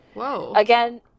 Again